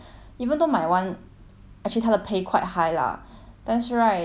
actually 他的 pay quite high lah 但是 right I did not really